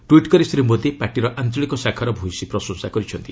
tweet କରି ଶ୍ରୀ ମୋଦି ପାର୍ଟିର ଆଞ୍ଚଳିକ ଶାଖାର ଭୂୟସୀ ପ୍ରଶଂସା କରିଛନ୍ତି